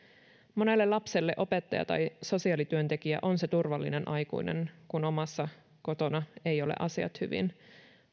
monelle lapselle opettaja tai sosiaalityöntekijä on se turvallinen aikuinen kun omassa kotona eivät ole asiat hyvin